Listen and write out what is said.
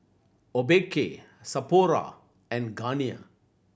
Obike Sapporo and Garnier